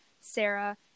Sarah